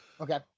Okay